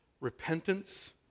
Repentance